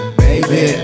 baby